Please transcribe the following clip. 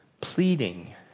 pleading